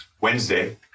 Wednesday